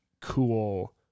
cool